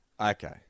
Okay